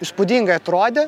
įspūdingai atrodė